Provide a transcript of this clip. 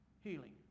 Healing